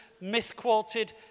misquoted